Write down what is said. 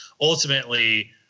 ultimately